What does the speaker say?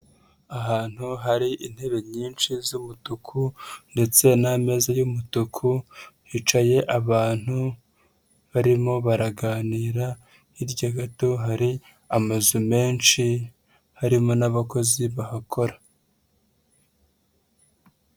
Ahantu hari intebe nyinshi z'umutuku ndetse n'ameza y'umutuku, hicaye abantu barimo baraganira, hirya gato hari amazu menshi harimo n'abakozi bahakora.